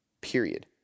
period